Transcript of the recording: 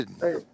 Hey